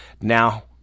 Now